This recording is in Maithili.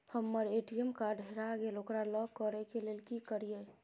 हमर ए.टी.एम कार्ड हेरा गेल ओकरा लॉक करै के लेल की करियै?